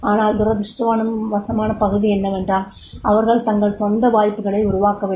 ஆனால் துரதிர்ஷ்டவசமான பகுதி என்னவென்றால் அவர்கள் தங்கள் சொந்த வாய்ப்புகளை உருவாக்கவில்லை